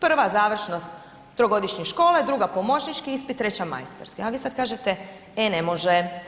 Prva, završenost trogodišnje škole, druga pomoćnički ispit, treća majstorski ali vi sad kažete e ne može.